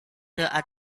the